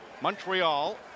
Montreal